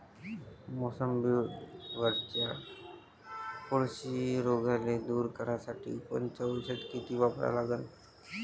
मोसंबीवरच्या कोळशी रोगाले दूर करासाठी कोनचं औषध किती वापरा लागन?